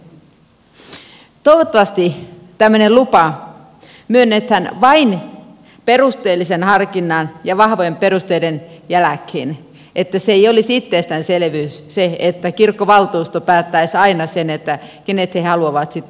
toivottavasti tämmöinen lupa myönnetään vain perusteellisen harkinnan ja vahvojen perusteiden jälkeen että ei olisi itsestäänselvyys se että kirkkovaltuusto päättäisi aina sen kenet he haluavat sitten valita kirkkoherraksi